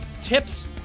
Tips